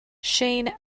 shane